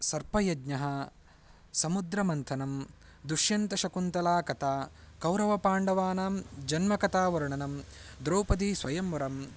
सर्पयज्ञः समुद्रमथनं दुश्यन्तशकुन्तला कथा कौरवपाण्डवानां जन्मकथावर्णनं द्रौपदीस्वयंवरः